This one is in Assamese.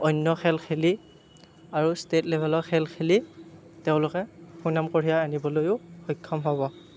অন্য খেল খেলি আৰু ষ্টেট লেভেলৰ খেল খেলি তেওঁলোকে সুনাম কঢ়িয়াই আনিবলৈয়ো সক্ষম হ'ব